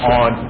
on